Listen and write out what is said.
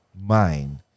mind